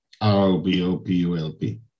R-O-B-O-P-U-L-P